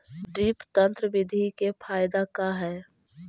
Drip तन्त्र बिधि के फायदा का है?